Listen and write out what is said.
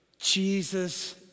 Jesus